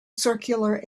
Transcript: circular